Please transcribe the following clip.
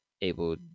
able